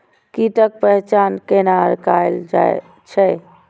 कीटक पहचान कैना कायल जैछ?